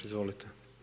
Izvolite.